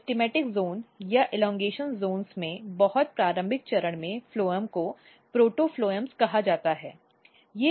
meristematic zone या बढ़ाव क्षेत्रों में बहुत प्रारंभिक चरण में फ्लोएम को प्रोटोफ़्लोम्स कहा जाता है